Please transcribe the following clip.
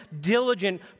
diligent